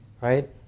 right